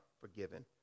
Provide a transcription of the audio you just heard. forgiven